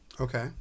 Okay